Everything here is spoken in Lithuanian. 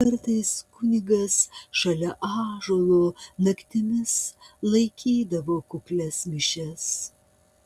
kartais kunigas šalia ąžuolo naktimis laikydavo kuklias mišias